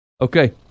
Okay